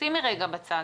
שימי רגע בצד,